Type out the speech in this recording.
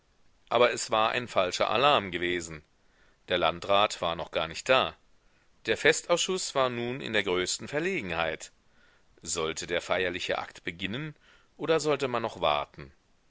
aber es war ein falscher alarm gewesen der landrat war noch gar nicht da der festausschuß war nun in der größten verlegenheit sollte der feierliche akt beginnen oder sollte man noch warten